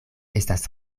estas